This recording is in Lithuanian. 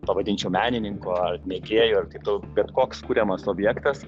pavadinčiau menininko ar mėgėjo ar kitų bet koks kuriamas objektas